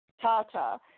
Tata